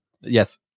Yes